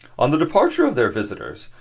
on the departure of their visitors,